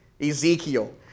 Ezekiel